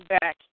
back